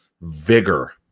vigor